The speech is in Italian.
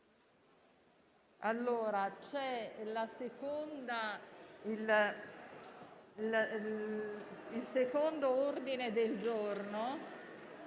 del secondo ordine del giorno